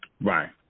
Right